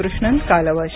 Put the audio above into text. कृष्णन कालवश